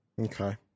Okay